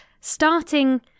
Starting